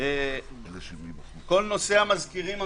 כל נושא המזכירים המשפטיים.